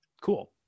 cool